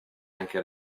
anche